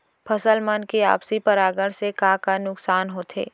फसल मन के आपसी परागण से का का नुकसान होथे?